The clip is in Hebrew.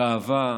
גאווה,